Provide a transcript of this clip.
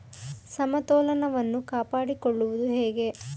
ಸಮತೋಲನವನ್ನು ಕಾಪಾಡಿಕೊಳ್ಳುವುದು ಹೇಗೆ?